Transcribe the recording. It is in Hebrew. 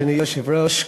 אדוני היושב-ראש,